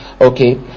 Okay